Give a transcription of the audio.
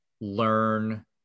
learn